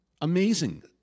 Amazing